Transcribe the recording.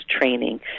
training